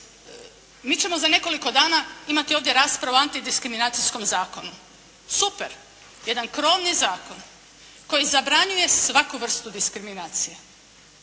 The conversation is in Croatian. Mi ćemo za nekoliko dana imati ovdje raspravu o antidiskriminacijskom zakonu. Super, jedan krovni zakon koji zabranjuje svaku vrstu diskriminacije.